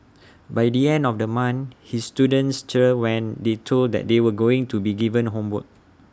by the end of the month his students cheered when they told that they were going to be given homework